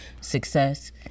success